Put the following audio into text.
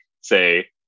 say